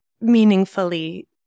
meaningfully